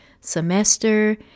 semester